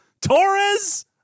Torres